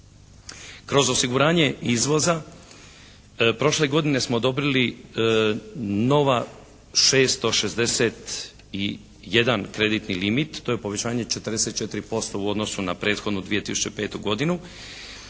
Kroz osiguranje izvoza prošle godine smo odobrili nova 661 kreditni limit. To je povećanje 44% u odnosu na prethodnu 2005. godinu,